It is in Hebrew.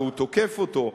והוא תוקף אותו,